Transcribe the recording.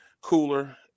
cooler